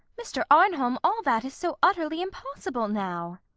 mr. arnholm, all that is so utterly impossible now.